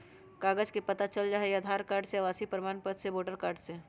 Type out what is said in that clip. कागज से पता चल जाहई, आधार कार्ड से, आवासीय प्रमाण पत्र से, वोटर कार्ड से?